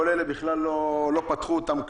כל אלה בכלל לא פתחו אותם כלל.